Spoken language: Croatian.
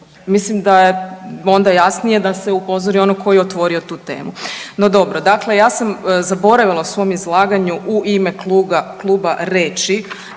Mislim da je onda jasnije da se upozori onog koji je otvorio tu temu. No, dobro, dakle ja sam zaboravila u svom izlaganju u ime kluba reći